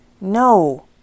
No